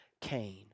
Cain